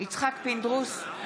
יצחק פינדרוס,